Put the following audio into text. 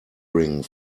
ring